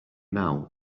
now